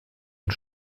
und